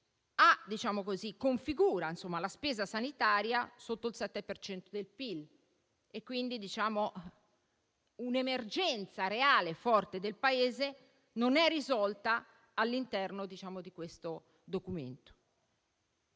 Questo DEF configura la spesa sanitaria sotto il 7 per cento del PIL e quindi un'emergenza reale e forte del Paese non è risolta all'interno di questo Documento.